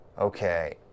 okay